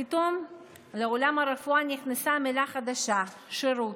פתאום לעולם הרפואה נכנסה מילה חדשה, "שירות",